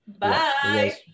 bye